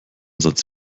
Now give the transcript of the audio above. satz